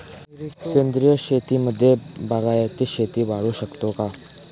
सेंद्रिय शेतीमध्ये बागायती शेती वाढवू शकतो का?